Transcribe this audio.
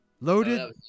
loaded